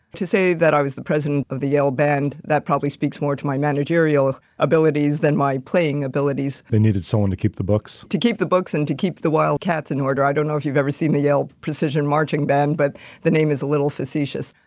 to say that i was the president of the yale band that probably speaks more to my managerial abilities than my playing abilities. they needed someone to keep the books lam to keep the books and to keep the wild cats in order. i don't know if you've ever seen the yale precision marching band, but the name is a little facetious.